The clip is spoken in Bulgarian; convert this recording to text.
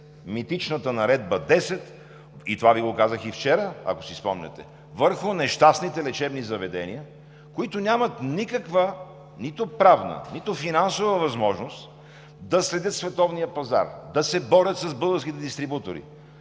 митичната Наредба № 10 – и това Ви го казах и вчера, ако си спомняте, върху нещастните лечебни заведения, които нямат никаква – нито правна, нито финансова възможност, да следят световния пазар, да се борят с българските дистрибутори.